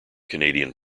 canadian